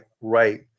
right